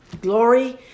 glory